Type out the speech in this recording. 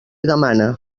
demana